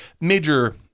major